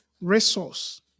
resource